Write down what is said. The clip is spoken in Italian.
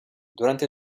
durante